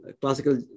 classical